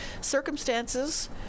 circumstances